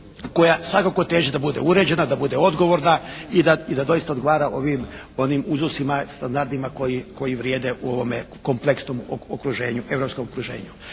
koja svakako teži da bude uređena, da bude odgovorna i da doista odgovara onim uzusima, standardima koji vrijede u ovome kompleksnom okruženju, europskom okruženju.